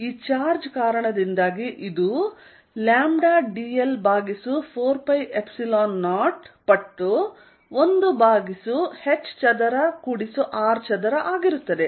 ಈ ಚಾರ್ಜ್ ಕಾರಣದಿಂದಾಗಿ ಇದು λdl ಭಾಗಿಸು 4π0 ಪಟ್ಟು 1 ಭಾಗಿಸು h ಚದರ ಮತ್ತು R ಚದರ ಆಗಿರುತ್ತದೆ